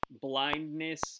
blindness